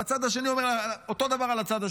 והצד השני אומר אותו דבר על הצד השני.